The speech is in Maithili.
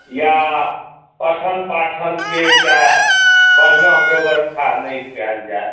या पठन पाठनके एकटा बढ़िऑं व्यवस्था नहि कयल जाए